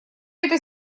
это